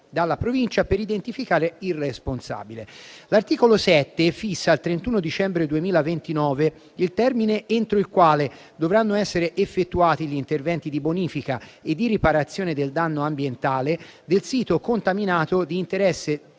dalla Provincia per identificare il responsabile. L'articolo 7 fissa al 31 dicembre 2029 il termine entro il quale dovranno essere effettuati gli interventi di bonifica e di riparazione del danno ambientale del sito contaminato di interesse